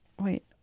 wait